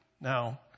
Now